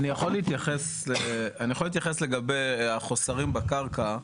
אני יכול להתייחס לגבי החוסרים בקרקע,